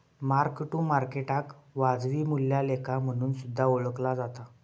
mark to मार्केटाक वाजवी मूल्या लेखा म्हणून सुद्धा ओळखला जाता